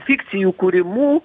fikcijų kūrimu